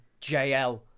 JL